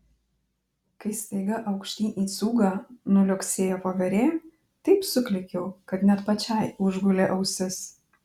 kai staiga aukštyn į cūgą nuliuoksėjo voverė taip suklykiau kad net pačiai užgulė ausis